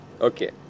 Okay